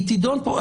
היא תידון פה.